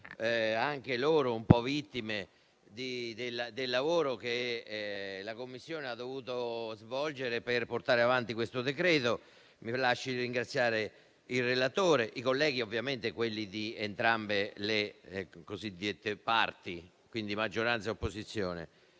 anch'essi un po' vittime del lavoro che la Commissione ha dovuto svolgere per portare avanti questo decreto-legge. Mi lasci ringraziare il relatore, i colleghi, ovviamente di entrambe le cosiddette parti, quindi maggioranza e opposizione,